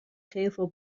gevel